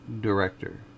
director